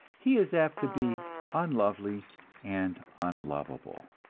he is apt to be unlovely and unlovable.